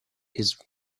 his